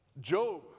Job